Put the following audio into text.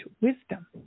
wisdom